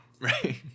Right